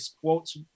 quotes